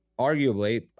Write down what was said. arguably